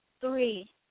Three